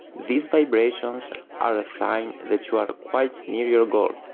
these vibrations are a sign that you are quite near your goal.